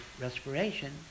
respiration